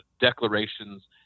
declarations